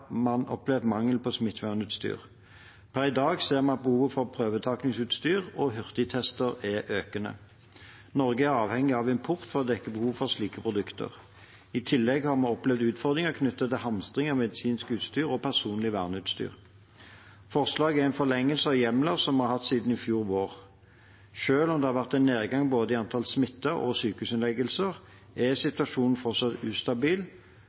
man opplevd mangel på smittevernutstyr. Per i dag ser man at behovet for prøvetakingsutstyr og hurtigtester er økende. Norge er avhengig av import for å dekke behovet for slike produkter. I tillegg har vi opplevd utfordringer knyttet til hamstring av medisinsk utstyr og personlig verneutstyr. Forslaget er en forlengelse av hjemler som vi har hatt siden i fjor vår. Selv om det har vært en nedgang i både antall smittede og sykehusinnleggelser, er situasjonen fortsatt ustabil,